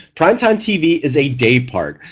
primetime tv is a daypart,